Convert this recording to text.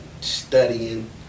studying